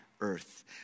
earth